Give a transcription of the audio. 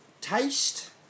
taste